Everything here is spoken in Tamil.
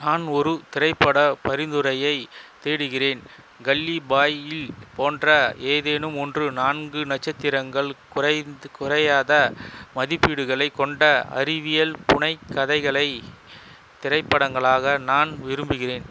நான் ஒரு திரைப்படப் பரிந்துரையைத் தேடுகிறேன் கல்லி பாய் இல் போன்ற ஏதேனும் ஒன்று நான்கு நட்சத்திரங்கள் குறைந்த குறையாத மதிப்பீடுகளை கொண்ட அறிவியல் புனைக்கதைகளை திரைப்படங்களாக நான் விரும்புகிறேன்